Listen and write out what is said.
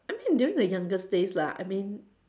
I mean during the younger days lah I mean